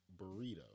Burrito